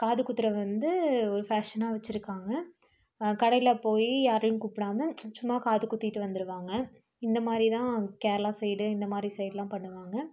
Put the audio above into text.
காது குத்துகிற வந்து ஒரு ஃபேஷனாக வச்சிருக்காங்க கடையில் போய் யாரையும் கூப்பிடாம சும்மா காது குத்திட்டு வந்துருவாங்க இந்த மாதிரி தான் கேரளா சைடு இந்த மாதிரி சைடுலாம் பண்ணுவாங்க